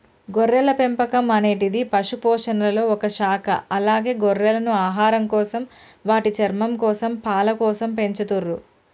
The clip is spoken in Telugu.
గొర్రెల పెంపకం అనేటిది పశుపోషణలొ ఒక శాఖ అలాగే గొర్రెలను ఆహారంకోసం, వాటి చర్మంకోసం, పాలకోసం పెంచతుర్రు